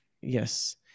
yes